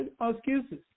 excuses